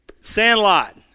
Sandlot